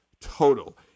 total